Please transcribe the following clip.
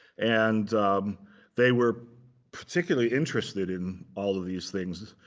and they were particularly interested in all of these things.